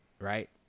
right